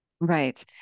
right